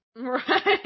Right